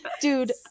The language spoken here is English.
dude